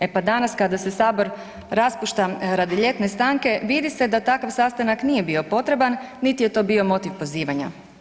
E pa danas kada se Sabor raspušta radi ljetne stanke, vidi se da takav sastanak nije bio potreban niti je to bio motiv pozivanja.